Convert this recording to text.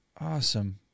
awesome